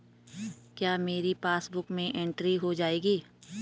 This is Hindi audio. क्या मेरी पासबुक में एंट्री हो जाएगी?